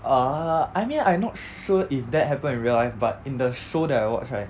err I mean I not sure if that happened in real life but in the show that I watch right